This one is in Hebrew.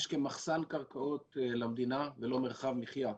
כמחסן קרקעות למדינה ולא מרחב מחיה,